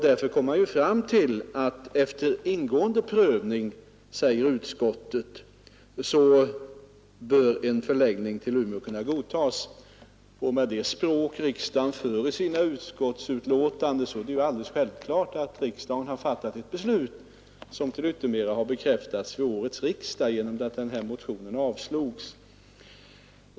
Därför kom man, efter ingående prövning, fram till att ”en förläggning till Umeå bör kunna godtas”. Med det språk riksdagen för i sina utskottsbetänkanden är det alldeles självklart att riksdagen har fattat ett beslut, som till yttermera visso har bekräftats vid årets riksdag genom att motionen 594 avslogs.